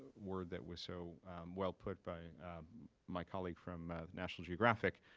word that was so well put by my colleague from national geographic,